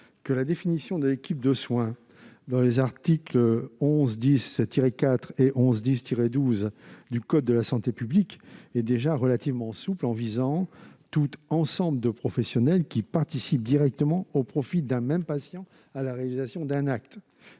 que la définition de l'équipe de soins des articles L. 1110-4 et L. 1110-12 du code de la santé publique est déjà relativement souple, puisqu'elle vise tout « ensemble de professionnels qui participent directement au profit d'un même patient à la réalisation d'un acte